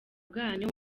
bwanyu